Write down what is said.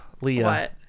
leah